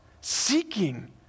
seeking